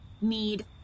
need